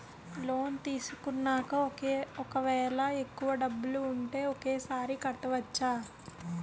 Loan తీసుకున్నాక ఒకవేళ ఎక్కువ డబ్బులు ఉంటే ఒకేసారి కట్టవచ్చున?